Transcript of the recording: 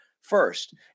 first